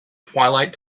twilight